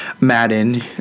Madden